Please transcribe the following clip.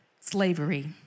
Slavery